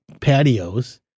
patios